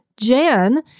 Jan